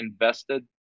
invested